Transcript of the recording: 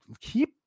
keep